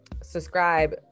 subscribe